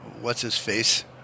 what's-his-face